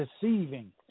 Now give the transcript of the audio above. deceiving